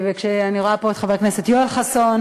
ואני רואה פה את חבר הכנסת יואל חסון,